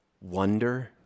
wonder